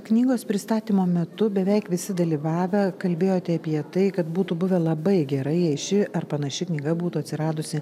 knygos pristatymo metu beveik visi dalyvavę kalbėjote apie tai kad būtų buvę labai gerai jei ši ar panaši knyga būtų atsiradusi